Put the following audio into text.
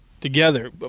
together